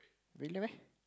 really meh